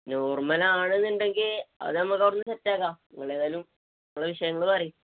നോർമലാണെന്നുണ്ടെങ്കില് അത് നമുക്ക് അവിടെനിന്ന് സെറ്റാക്കാം നിങ്ങളേതായാലും നിങ്ങളുടെ വിഷയങ്ങള് നിങ്ങള് പറയുക